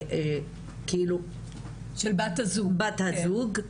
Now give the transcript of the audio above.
של בת הזוג.